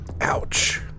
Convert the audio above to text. ouch